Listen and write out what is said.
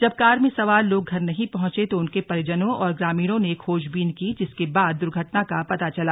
जब कार में सवार लोग घर नहीं पहुंचे तो उनके परिजनों और ग्रामीणों ने खोजबीन की जिसके बाद दुर्घटना का पता चला